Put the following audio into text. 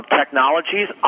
technologies